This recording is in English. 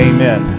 Amen